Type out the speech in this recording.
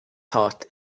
heart